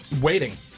waiting